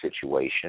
situation